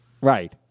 Right